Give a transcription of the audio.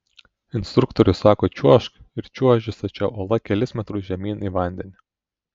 instruktorius sako čiuožk ir čiuoži stačia uola kelis metrus žemyn į vandenį